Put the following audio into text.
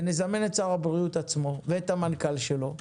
ונזמן את שר הבריאות עצמו ואת המנכ"ל שלו,